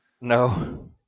No